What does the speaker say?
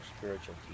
spiritual